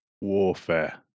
Warfare